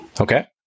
okay